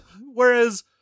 whereas